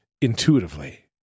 intuitively